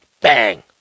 Bang